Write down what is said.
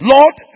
Lord